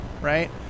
right